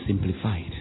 simplified